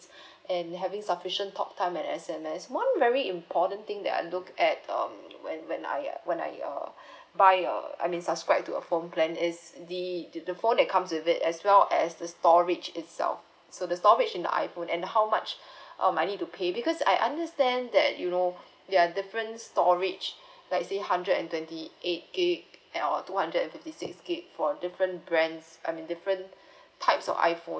and having sufficient talk time and S_M_S one very important thing that I look at um when when I when I err buy err I mean subscribe to a phone plan is the did the phone that comes with it as well as the storage itself so the storage in the iPhone and how much um I need to pay because I understand that you know ya different storage let's say hundred and twenty eight gig and our two hundred and fifty six gig for different brands I'm mean different types of iPhone